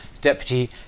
Deputy